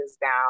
down